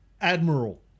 Admiral